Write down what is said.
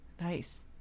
Nice